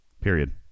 Period